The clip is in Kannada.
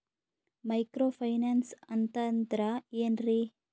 ಮೈಕ್ರೋ ಫೈನಾನ್ಸ್ ಅಂತಂದ್ರ ಏನ್ರೀ?